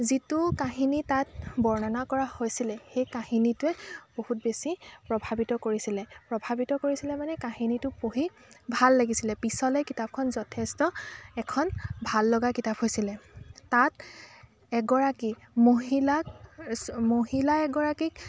যিটো কাহিনী তাত বৰ্ণনা কৰা হৈছিল সেই কাহিনীটোৱে বহুত বেছি প্ৰভাৱিত কৰিছিলে প্ৰভাৱিত কৰিছিলে মানে কাহিনীটো পঢ়ি ভাল লাগিছিলে পিছলৈ কিতাপখন যথেষ্ট এখন ভাল লগা কিতাপ হৈছিলে তাত এগৰাকী মহিলাক মহিলা এগৰাকীক